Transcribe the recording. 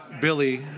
Billy